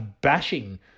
bashing